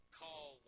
call